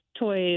Toys